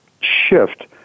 shift